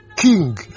King